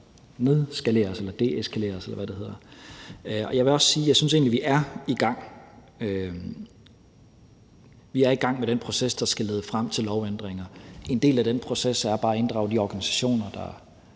eskalere nogle konflikter, som bør deeskaleres. Jeg vil også sige, at jeg egentlig synes, at vi er i gang. Vi er i gang med den proces, der skal lede frem til lovændringer. En del af den proces er bare at inddrage de organisationer, der